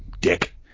Dick